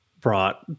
brought